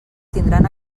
tindran